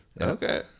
Okay